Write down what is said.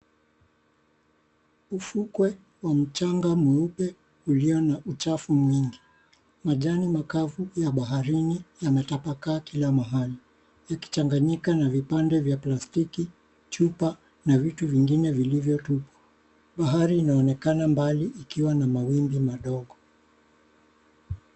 Ufukwe wa mchanga mweupe, ulio na uchafu mwingi. Majani makavu ya baharini yametapakaa kila Mahali 𝑦akichanganyika na vipande vya plastiki ,chupa na vitu vingine vilivyotupwa .Bahari inaonekana mbali ikiwa na mawimbi madogo.